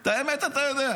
את האמת אתה יודע.